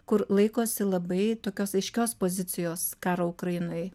kur laikosi labai tokios aiškios pozicijos karo ukrainoj